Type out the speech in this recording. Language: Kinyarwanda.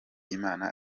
imana